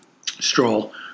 Stroll